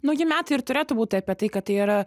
nauji metai ir turėtų būti apie tai kad tai yra